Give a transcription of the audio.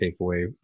takeaway